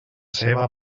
seua